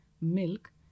milk